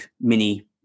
mini